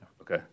Okay